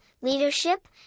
leadership